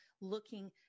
looking